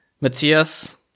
Matthias